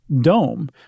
dome